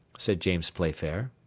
said james playfair.